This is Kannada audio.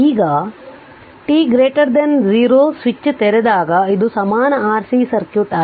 ಈಗ t 0 ಸ್ವಿಚ್ ತೆರೆದಾಗ ಇದು ಸಮಾನ rc ಸರ್ಕ್ಯೂಟ್ ಆಗಿದೆ